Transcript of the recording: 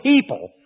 people